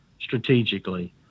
strategically